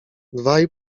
dwaj